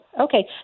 Okay